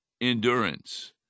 endurance